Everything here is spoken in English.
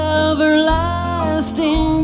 everlasting